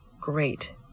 great